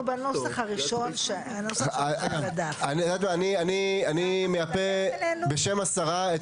אם אנחנו בנוסח הראשון --- אני מיפה בשם השרה את